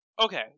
Okay